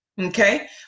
okay